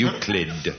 Euclid